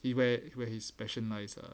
he but his passion nice lah